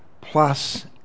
plus